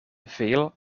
veel